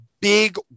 big